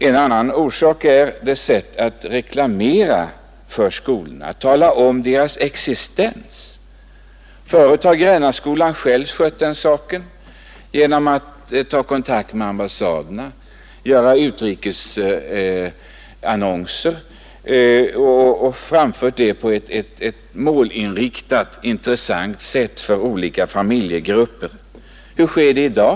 En annan orsak är sättet att göra reklam för skolorna, att tala om deras existens. Förut har Grännaskolan själv skött den saken genom att ta kontakt med ambassaderna, beställa utrikesannonser och framföra informationen på ett målinriktat, intressant sätt till olika familjegrupper. Hur sker detta i dag?